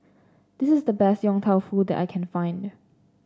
this is the best Yong Tau Foo that I can find